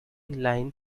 line